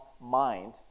mind